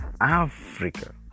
Africa